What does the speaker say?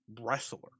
wrestler